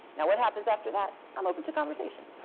now what happens after that, i'm open to conversation.